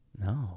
no